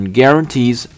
guarantees